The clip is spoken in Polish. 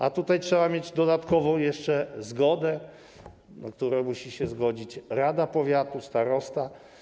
A tutaj trzeba mieć dodatkowo jeszcze zgodę, którą musi wyrazić rada powiatu, starosta.